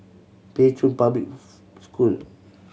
Pei Chun Public School